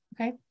okay